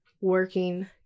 working